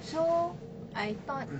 so I thought